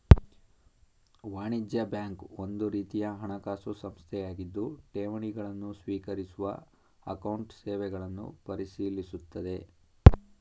ವಾಣಿಜ್ಯ ಬ್ಯಾಂಕ್ ಒಂದುರೀತಿಯ ಹಣಕಾಸು ಸಂಸ್ಥೆಯಾಗಿದ್ದು ಠೇವಣಿ ಗಳನ್ನು ಸ್ವೀಕರಿಸುವ ಅಕೌಂಟ್ ಸೇವೆಗಳನ್ನು ಪರಿಶೀಲಿಸುತ್ತದೆ